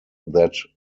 that